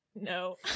No